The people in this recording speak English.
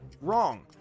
Wrong